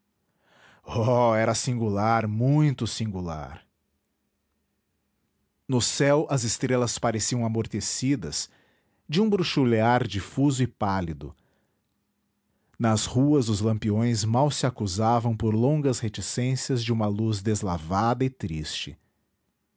era singular muito singular no céu as estrelas pareciam amortecidas de um bruxulear difuso e pálido nas ruas os ampiões mal se acusavam por longas reticências de uma luz deslavada e triste